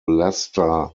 leicester